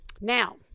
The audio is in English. Now